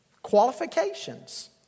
Qualifications